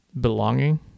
belonging